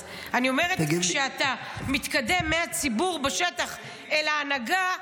אז אני אומרת: כשאתה מתקדם מהציבור בשטח אל ההנהגה,